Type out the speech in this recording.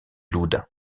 loudun